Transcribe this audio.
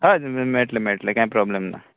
हय मेयटले मेयटले कांय प्रोब्लम ना